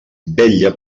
vetlla